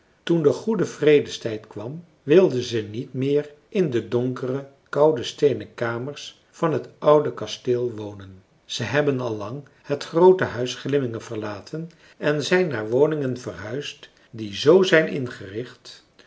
toen de goede vredestijd kwam wilden ze niet meer in de donkere koude steenen kamers van het oude kasteel wonen ze hebben al lang het groote huis glimmingen verlaten en zijn naar woningen verhuisd die zoo zijn ingericht